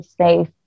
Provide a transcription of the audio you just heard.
safe